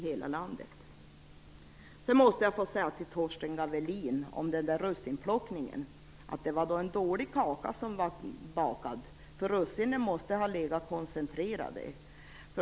När det gäller Torsten Gavelin och russinplockningen vill jag säga att det var en dålig kaka. Russinen måste ha legat koncentrerade.